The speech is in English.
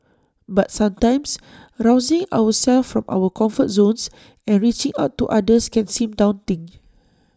but sometimes rousing ourselves from our comfort zones and reaching out to others can seem daunting